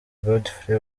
godfrey